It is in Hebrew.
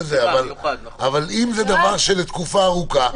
אם זה דבר שהוא לתקופה ארוכה,